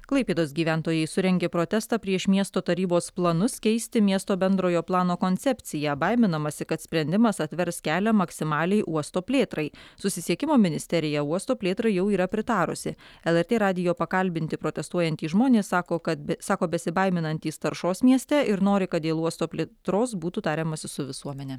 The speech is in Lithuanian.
klaipėdos gyventojai surengė protestą prieš miesto tarybos planus keisti miesto bendrojo plano koncepciją baiminamasi kad sprendimas atvers kelią maksimaliai uosto plėtrai susisiekimo ministerija uosto plėtrai jau yra pritarusi lrt radijo pakalbinti protestuojantys žmonės sako kad sako besibaiminantys taršos mieste ir nori kad dėl uosto plėtros būtų tariamasi su visuomene